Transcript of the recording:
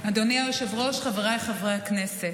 אדוני היושב-ראש, חבריי חברי הכנסת,